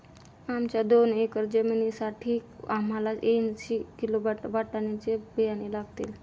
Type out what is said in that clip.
आमच्या दोन एकर जमिनीसाठी आम्हाला ऐंशी किलो वाटाण्याचे बियाणे लागतील